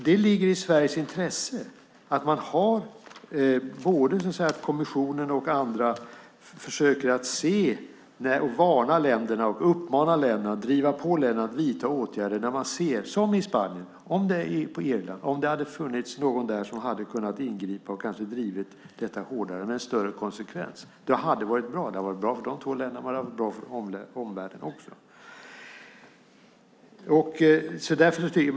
Det ligger i Sveriges intresse att både kommissionen och andra försöker se och varna, uppmana och driva på länderna att vidta åtgärder när man ser sådant hända som till exempel i Spanien och på Irland. Det hade varit bra om det hade funnits någon som hade kunnat ingripa där och kanske drivit detta hårdare med en större konsekvens. Det hade varit bra för de två länderna, och det hade varit bra även för omvärlden.